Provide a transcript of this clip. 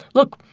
look,